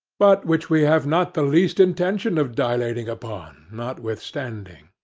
but which we have not the least intention of dilating upon, notwithstanding.